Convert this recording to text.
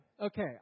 Okay